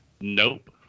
Nope